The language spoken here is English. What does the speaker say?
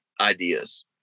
ideas